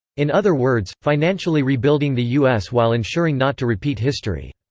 in other words, financially rebuilding the u s. while ensuring not to repeat history.